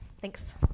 Thanks